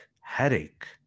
headache